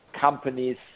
companies